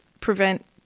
prevent